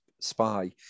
spy